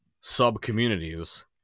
sub-communities